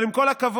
אבל עם כל הכבוד,